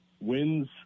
wins